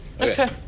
Okay